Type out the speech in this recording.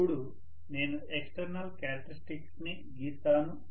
అప్పుడు నేను external characteristics ని గీస్తాను